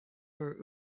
are